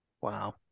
Wow